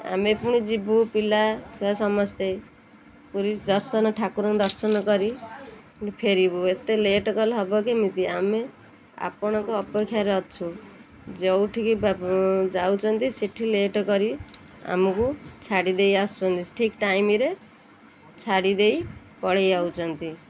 ଆମେ ପୁଣି ଯିବୁ ପିଲା ଛୁଆ ସମସ୍ତେ ପୁରୀ ଦର୍ଶନ ଠାକୁରଙ୍କୁ ଦର୍ଶନ କରି ଫେରିବୁ ଏତେ ଲେଟ୍ ଗଲେ ହେବ କେମିତି ଆମେ ଆପଣଙ୍କ ଅପେକ୍ଷାରେ ଅଛୁ ଯୋଉଠିକି ଯାଉଛନ୍ତି ସେଠି ଲେଟ୍ କରି ଆମକୁ ଛାଡ଼ିଦେଇ ଆସୁଛନ୍ତି ଠିକ୍ ଟାଇମ୍ରେ ଛାଡ଼ିଦେଇ ପଳେଇ ଯାଉଛନ୍ତି